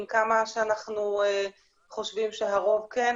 עם כמה שאנחנו חושבים שהרוב כן,